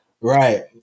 Right